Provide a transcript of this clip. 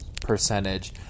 percentage